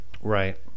Right